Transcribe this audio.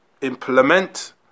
implement